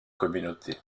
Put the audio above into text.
communautés